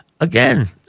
again